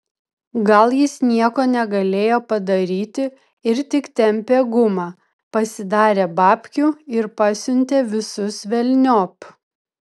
gal jis nieko negalėjo padaryti ir tik tempė gumą pasidarė babkių ir pasiuntė visus velniop